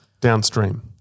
Downstream